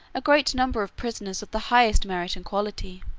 a great number of prisoners of the highest merit and quality.